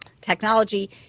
technology